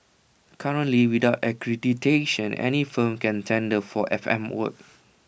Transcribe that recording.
currently without accreditation any firm can tender for F M work